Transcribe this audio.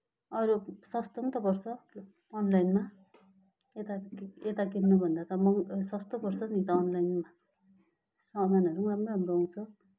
अरू सस्तो पनि त पर्छ अनलाइनमा यता यता किन्नुभन्दा त महँगो सस्तो पर्छ नि त अनलाइनमा सामानहरू पनि राम्रो राम्रो आउँछ